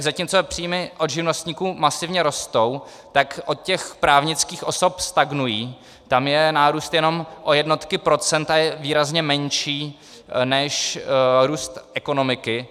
Zatímco příjmy od živnostníků masivně rostou, od právnických osob stagnují, tam je nárůst jenom o jednotky procent a je výrazně menší než růst ekonomiky.